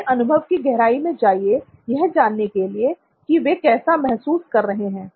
उनके अनुभव की गहराई में जाइए यह जानने के लिए कि वे कैसा महसूस कर रहे हैं